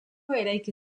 eraiki